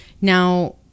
Now